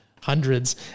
hundreds